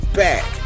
back